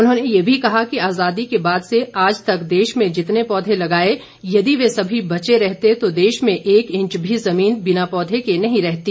उन्होंने ये भी कहा कि आजादी के बाद से आज तक देश में जितने पौधे लगाए यदि वे सभी बचे रहते तो देश में एक इंच भी जमीन बिना पौधे के नहीं रहती